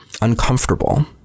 uncomfortable